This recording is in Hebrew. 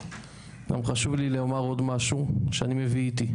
גם חשוב לי לומר עוד משהו שאני מביא איתי.